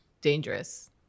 dangerous